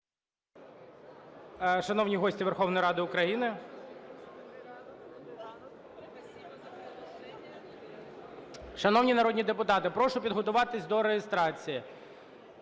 Шановні гості Верховної Ради України! Шановні народні депутати, прошу підготуватись до реєстрації.